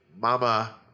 Mama